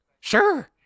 Sure